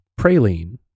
praline